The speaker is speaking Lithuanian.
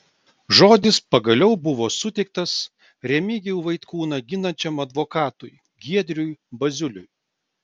žodis pagaliau buvo suteiktas remigijų vaitkūną ginančiam advokatui giedriui baziuliui